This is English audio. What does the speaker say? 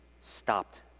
stopped